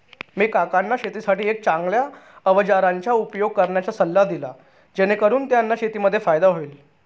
मी काकांना शेतीसाठी एक चांगल्या अवजारांचा उपयोग करण्याचा सल्ला दिला, जेणेकरून त्यांना शेतीमध्ये फायदा होईल